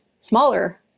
smaller